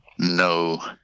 No